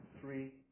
three